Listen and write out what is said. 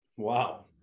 Wow